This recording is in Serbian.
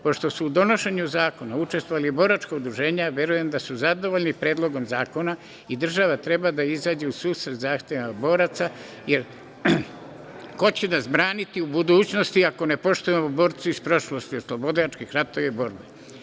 Pošto su u donošenju zakona učestvovala boračka udruženja verujem da su zadovoljni Predlogom zakona i država treba da izađe u susret zahtevima boraca, jer ko će nas braniti u budućnosti, ako ne poštujemo borce iz prošlosti, oslobodilačih ratova i borbe.